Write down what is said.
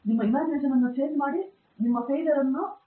professor Abhijit P